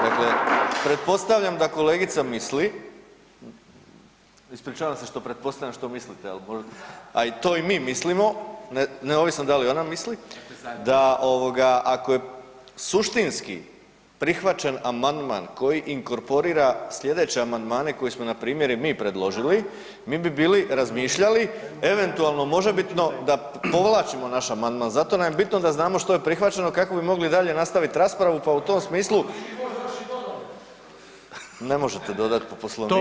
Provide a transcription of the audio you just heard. Dakle, pretpostavljam da kolegica misli, ispričavam se što pretpostavljam što mislite, a i to i mi mislimo neovisno da li ona misli da ovoga ako je suštinski prihvaćen amandman koji inkorporira slijedeće amandmane koje smo npr. i mi predložili, mi bi bili razmišljali eventualno možebitno da povlačimo naš amandman, zato nam je bitno da znamo što je prihvaćeno kako bi mogli dalje nastavit raspravu, pa u tom smislu … [[Upadica iz klupe se ne razumije]] ne možete dodat po Poslovniku.